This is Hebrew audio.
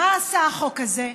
מה עשה החוק הזה?